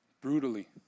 Brutally